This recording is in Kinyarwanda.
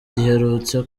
giherutse